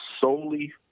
solely